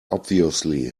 obviously